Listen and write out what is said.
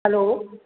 hello